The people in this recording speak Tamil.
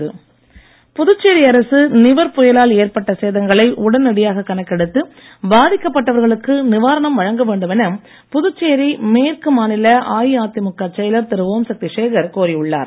ஓம் சக்தி புதுச்சேரி அரசு நிவர் புயலால் ஏற்பட்ட சேதங்களை உடனடியாக கணக்கெடுத்து பாதிக்கப்பட்டவர்களுக்கு நிவாரணம் வழங்க வேண்டும் என புதுச்சேரி மேற்கு மாநில அஇஅதிமுக செயலர் திரு ஓம்சக்தி சேகர் கோரி உள்ளார்